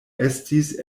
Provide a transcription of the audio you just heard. estis